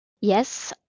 Yes